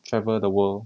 travel the world